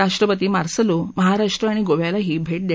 राष्ट्रपती मार्सलो महाराष्ट्र आणि गोव्यालाही भेट देणार आहेत